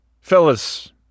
Fellas